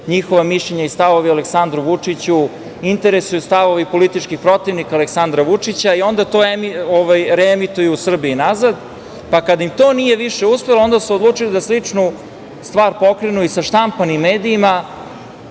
njihova mišljenja i stavovi Aleksandra Vučića, interesuju stavovi političkih protivnika Aleksandra Vučića i onda to reemituju u Srbiji nazad. Kada im to nije više uspelo, onda su odlučili da sličnu stvar pokrenu i sa štampanim medijima